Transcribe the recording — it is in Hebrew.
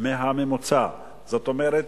זאת אומרת,